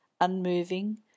Unmoving